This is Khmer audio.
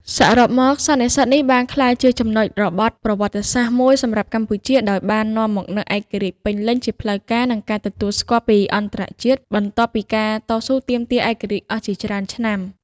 សរុបមក សន្និសីទនេះបានក្លាយជាចំណុចរបត់ប្រវត្តិសាស្ត្រមួយសម្រាប់កម្ពុជា ដោយបាននាំមកនូវ ឯករាជ្យពេញលេញជាផ្លូវការ និងការទទួលស្គាល់ពីអន្តរជាតិ បន្ទាប់ពីការតស៊ូទាមទារឯករាជ្យអស់ជាច្រើនឆ្នាំ។